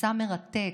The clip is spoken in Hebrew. מסע מרתק,